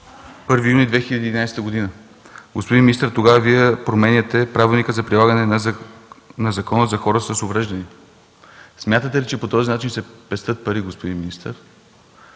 от 1 юли 2011 г. Господин министър, тогава Вие променяте Правилника за прилагане на Закона за хора с увреждания. Смятате ли, че по този начин се пестят пари, господин министър?